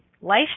life